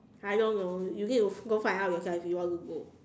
I don't know you need to go find out yourself if you want to go